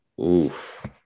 Oof